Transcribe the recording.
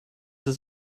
ist